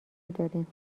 نداریم